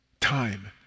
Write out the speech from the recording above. Time